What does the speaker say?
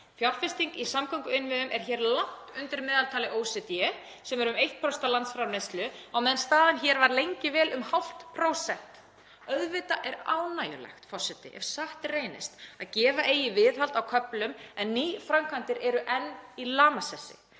Fjárfesting í samgönguinnviðum er hér langt undir meðaltali OECD sem er um 1% af landsframleiðslu á meðan staðan hér var lengi vel um hálft prósent. Auðvitað er ánægjulegt, forseti, ef satt reynist að gefa eigi í viðhald á köflum en nýframkvæmdir eru enn í lamasessi.